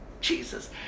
Jesus